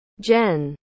Jen